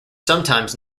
sometimes